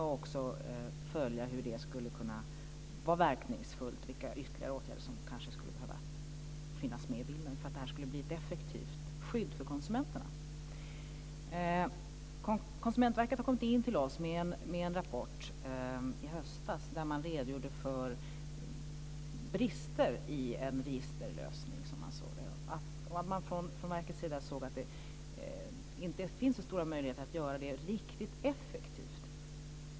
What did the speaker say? Man ska också följa hur detta skulle kunna vara verkningsfullt och vilka ytterligare åtgärder som kanske skulle behöva finnas med i bilden för att det här ska bli ett effektivt skydd för konsumenterna. Konsumentverket inkom i höstas med en rapport till oss där man redogjorde för de brister man såg i en registerlösning. Man såg från verkets sida att det inte finns så stora möjligheter att göra detta riktigt effektivt.